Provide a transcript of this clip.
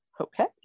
Okay